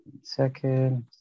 Second